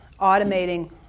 automating